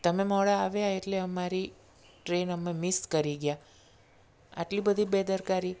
તમે મોડાં આવ્યાં એટલે અમારી ટ્રેન અમે મિસ કરી ગયાં આટલી બધી બેદરકારી